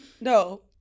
no